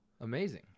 Amazing